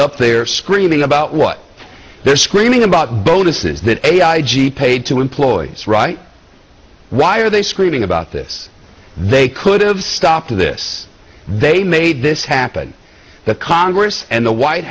up there screaming about what they're screaming about bonuses that a i g paid to employees right why are they screaming about this they could have stopped this they made this happen that congress and the white